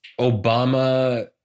Obama